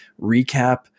recap